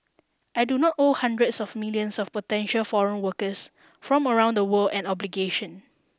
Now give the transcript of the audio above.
I do not owe hundreds of millions of potential foreign workers from around the world an obligation